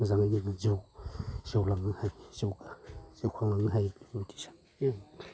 मोजाङै मोजां जिउ जिउलांनो हायो जिउ जिउ खांलांनो हायो